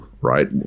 right